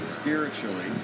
Spiritually